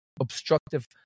obstructive